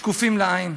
שקופים לעין,